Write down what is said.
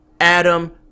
Adam